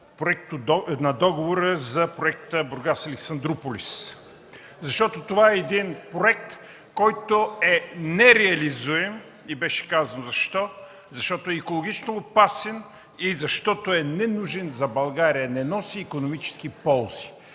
на Договора за проекта „Бургас – Александруполис”, защото това е проект, който е нереализируем, и беше казано защо – защото е екологично опасен и е ненужен за България, не носи икономически ползи.